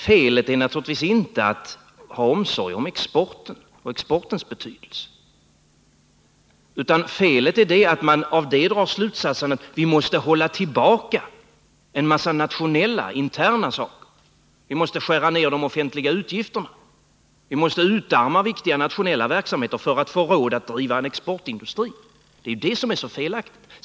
Felet är naturligtvis inte att ha omsorg om exporten och exportens betydelse, utan felet är att man av det drar slutsatsen att vi måste hålla tillbaka en massa nationella, interna saker. Vi måste skära ner de offentliga utgifterna. Vi måste utarma viktiga nationella verksamheter för att få råd att driva en exportindustri. Det är det som är så felaktigt.